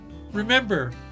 Remember